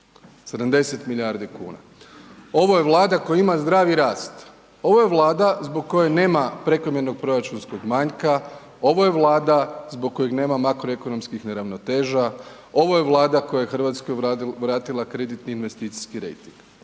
70 milijardi kuna. Ovo je Vlada koja ima zdravi rast, ovo je Vlada zbog koje nema prekomjernog proračunskog manjka, ovo je Vlada zbog koje nema makroekonomskih neravnoteža, ovo je Vlada koja je Hrvatskoj vratila kreditni i investicijski rejting.